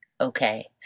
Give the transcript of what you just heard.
okay